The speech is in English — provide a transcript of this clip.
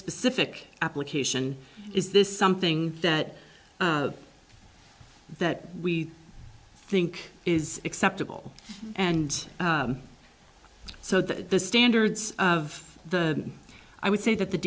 specific application is this something that that we think is acceptable and so that the standards of the i would say that the